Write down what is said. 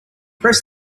press